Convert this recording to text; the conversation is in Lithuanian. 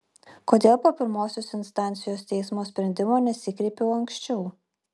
kodėl po pirmosios instancijos teismo sprendimo nesikreipiau aukščiau